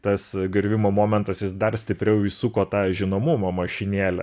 tas griovimo momentas jis dar stipriau įsuko tą žinomumo mašinėlę